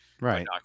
right